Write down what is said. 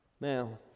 Now